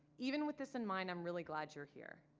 even with this in mind, i'm really glad you're here.